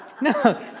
No